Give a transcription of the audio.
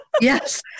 Yes